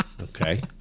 Okay